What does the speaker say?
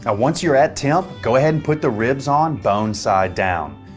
ah once you're at temp, go ahead and put the ribs on bone side down.